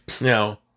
Now